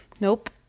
Nope